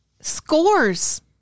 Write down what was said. scores